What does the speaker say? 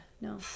No